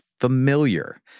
familiar